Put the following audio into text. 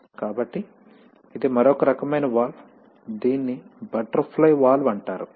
కాబట్టి ఇది మరొక రకమైన వాల్వ్ దీనిని బటర్ ఫ్లై వాల్వ్ అంటారు